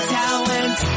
talent